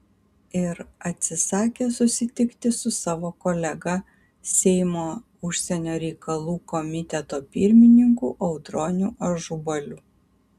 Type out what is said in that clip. ir atsisakė susitikti su savo kolega seimo užsienio reikalų komiteto pirmininku audroniu ažubaliu